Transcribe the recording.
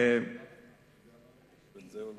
הוא לא